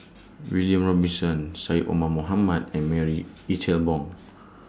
William Robinson Syed Omar Mohamed and Marie Ethel Bong